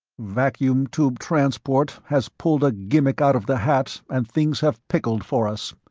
vacuum tube transport has pulled a gimmick out of the hat and things have pickled for us.